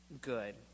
good